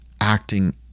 acting